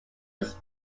was